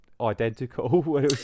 identical